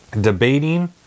debating